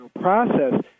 process